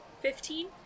Fifteen